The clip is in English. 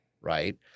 right